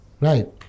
Right